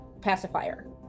pacifier